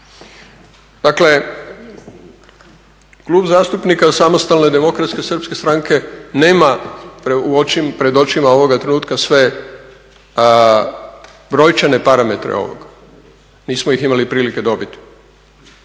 Dakle, Klub zastupnika SDSS-a nema pred očima ovog trenutka sve brojčane parametre ovoga, nismo ih imali prilike dobiti,